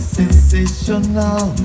sensational